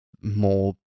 more